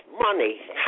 money